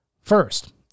First